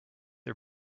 are